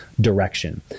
direction